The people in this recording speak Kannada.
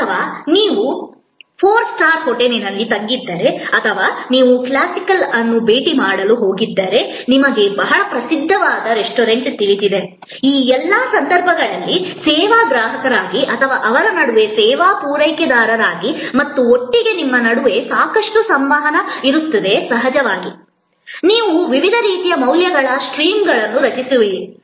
ಅಥವಾ ನೀವು ಫೋರ್ ಸ್ಟಾರ್ ಹೋಟೆಲ್ನಲ್ಲಿ ತಂಗಿದ್ದರೆ ಅಥವಾ ನೀವು ಕ್ಲಾಸಿಕಲ್ ಅನ್ನು ಭೇಟಿ ಮಾಡಲು ಹೋಗಿದ್ದರೆ ನಿಮಗೆ ಬಹಳ ಪ್ರಸಿದ್ಧವಾದ ರೆಸ್ಟೋರೆಂಟ್ ತಿಳಿದಿದೆ ಈ ಎಲ್ಲಾ ಸಂದರ್ಭಗಳಲ್ಲಿ ಸೇವಾ ಗ್ರಾಹಕರಾಗಿ ಮತ್ತು ಅವರ ನಡುವೆ ಸೇವಾ ಪೂರೈಕೆದಾರರಾಗಿ ಮತ್ತು ಒಟ್ಟಿಗೆ ನಿಮ್ಮ ನಡುವೆ ಸಾಕಷ್ಟು ಸಂವಹನ ಇರುತ್ತದೆ ಸಹಜವಾಗಿ ನೀವು ವಿವಿಧ ರೀತಿಯ ಮೌಲ್ಯಗಳ ಸ್ಟ್ರೀಮ್ಗಳನ್ನು ರಚಿಸುವಿರಿ